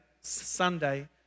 Sunday